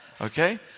Okay